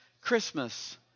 Christmas